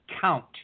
count